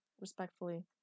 Respectfully